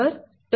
274 mWb Tkm